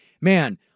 Man